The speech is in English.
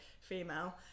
female